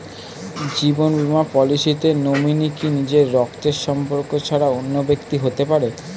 জীবন বীমা পলিসিতে নমিনি কি নিজের রক্তের সম্পর্ক ছাড়া অন্য ব্যক্তি হতে পারে?